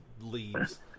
leaves